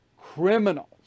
criminals